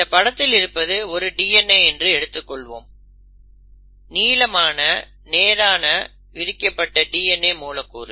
இந்த படத்தில் இருப்பது ஒரு DNA என்று எடுத்துக்கொள்வோம் நீளமான நேரான விரிக்கப்பட்ட DNA மூலக்கூறு